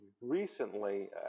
recently